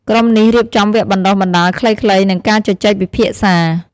ក្រុមនេះរៀបចំវគ្គបណ្តុះបណ្តាលខ្លីៗ និងការជជែកពិភាក្សា។